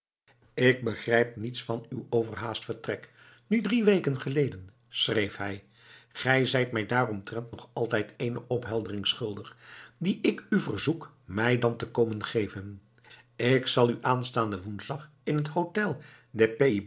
ik begrijp niets van uw overhaast vertrek nu drie weken geleden schreef hij gij zijt mij daaromtrent nog altijd eene opheldering schuldig die ik u verzoek mij dan te komen geven ik zal u aanstaanden woensdag in het hôtel des